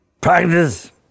practice